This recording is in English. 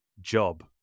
job